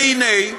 והנה,